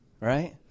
Right